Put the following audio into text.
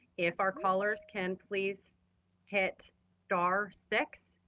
if our callers can please hit star-six,